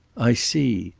i see.